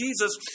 Jesus